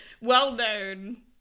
well-known